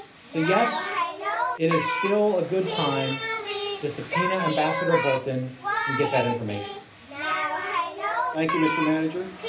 say yes it is still a good time to subpoena ambassador bolton and get that information thank you mr. manager